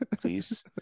please